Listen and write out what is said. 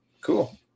Cool